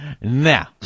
Now